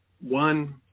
one